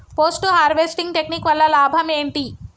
Post harvesting technique వల్ల లాభం ఏంటి?